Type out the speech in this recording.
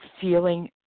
feeling